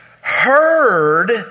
heard